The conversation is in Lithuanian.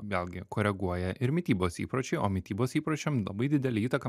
vėlgi koreguoja ir mitybos įpročiai o mitybos įpročiam labai didelę įtaką